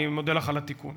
אני מודה לך על התיקון.